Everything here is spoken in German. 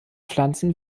pflanzen